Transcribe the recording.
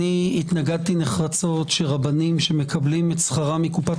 התנגדתי נחרצות שרבנים שמקבלים את שכרם מקופת